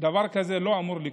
דבר כזה לא אמור לקרות,